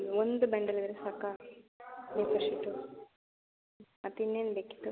ಒಂದು ಬಂಡಲ್ ಇದ್ದರೆ ಸಾಕಾ ಎ ಫೋರ್ ಶೀಟು ಮತ್ತಿನ್ನೇನು ಬೇಕಿತ್ತು